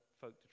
folk